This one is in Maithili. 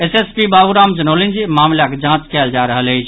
एस एस पी बावूराम जनौलनि जे मामिलाक जांच कयल जा रहल अछि